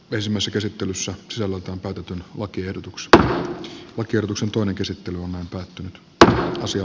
pesimässä käsittelyssä sunnuntain täytetyn lakiehdotuksesta ja kierroksen toinen käsittely on päättynyt tai osia